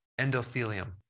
endothelium